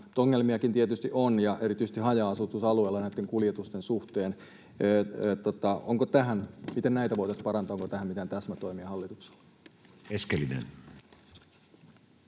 Ongelmiakin tietysti on, erityisesti haja-asutusalueilla näitten kuljetusten suhteen. Miten näitä voitaisiin parantaa? Onko tähän mitään täsmätoimia hallituksella? [Speech